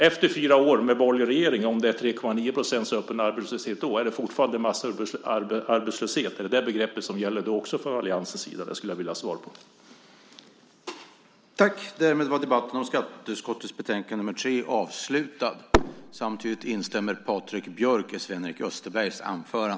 Om det är 3,9 % öppen arbetslöshet efter fyra år med borgerlig regering, är det fortfarande massarbetslöshet? Är det det begreppet som gäller då också från alliansens sida? Det skulle jag vilja ha svar på.